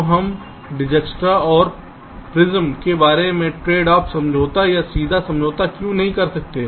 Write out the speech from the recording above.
तो हम डिजकस्त्रा'स और प्रिमस के बीच एक ट्रेडऑफ समझौता या सीधा समझौता क्यों नहीं कर सकते